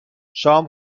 شام